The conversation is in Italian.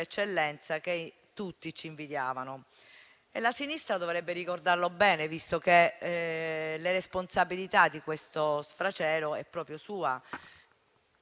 che tutti ci invidiavano. La sinistra dovrebbe ricordarlo bene, visto che la responsabilità di questo sfacelo è proprio sua.